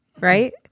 right